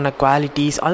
qualities